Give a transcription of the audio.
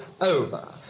over